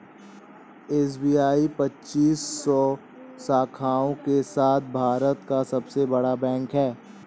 SBI पच्चीस सौ शाखाओं के साथ भारत का सबसे बड़ा बैंक है